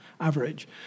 average